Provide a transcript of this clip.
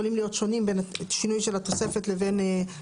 יכול להיות אדוני שנגלה עוד כאלה דברים,